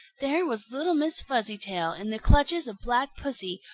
there was little miss fuzzytail in the clutches of black pussy,